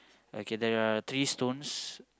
okay there are three stones